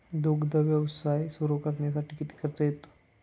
दुग्ध व्यवसाय सुरू करण्यासाठी किती खर्च येतो?